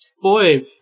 Boy